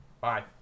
Bye